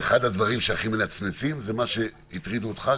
ואחד הדברים שהכי מנצנצים זה מה שהטרידו אותך,